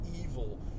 evil